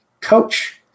coach